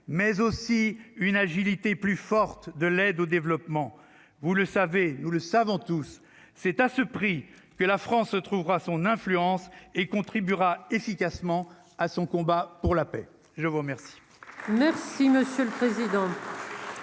mais aussi une agilité plus forte de l'aide au développement, vous le savez, nous le savons tous, c'est à ce prix que la France se trouvera son influence et contribuera efficacement à son combat pour la paix, je vois. Merci